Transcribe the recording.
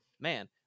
Man